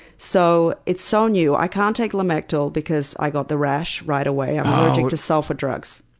so it's so new. i can't take lamictal because i got the rash right away. i'm allergic to sulfa drugs.